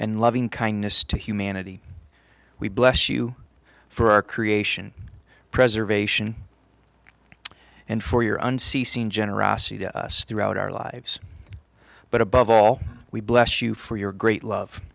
and loving kindness to humanity we bless you for our creation preservation and for your unceasing generosity to us throughout our lives but above all we bless you for your great love